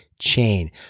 chain